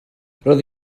roedd